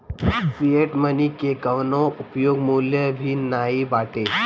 fiat money के कवनो उपयोग मूल्य भी नाइ बाटे